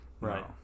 Right